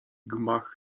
gmach